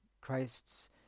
christ's